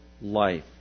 life